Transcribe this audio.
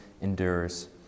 endures